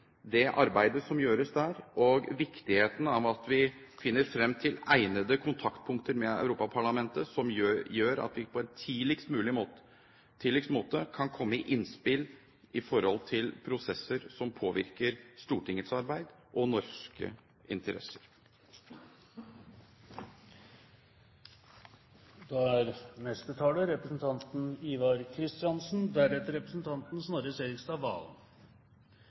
i arbeidet i forhold til Europaparlamentet. Jeg tror ikke det arbeidet som gjøres der kan undervurderes – heller ikke viktigheten av at vi finner frem til egnede kontaktpunkter med Europaparlamentet som gjør at vi tidligst mulig kan komme med innspill i prosesser som påvirker Stortingets arbeid og norske interesser.